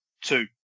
Two